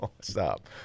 Stop